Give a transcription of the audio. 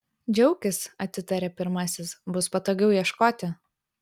džiaukis atitarė pirmasis bus patogiau ieškoti